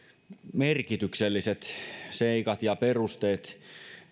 merkitykselliset seikat ja perusteet